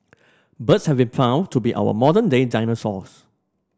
birds have been found to be our modern day dinosaurs